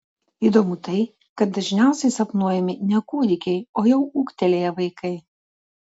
įdomu tai kad dažniausiai sapnuojami ne kūdikiai o jau ūgtelėję vaikai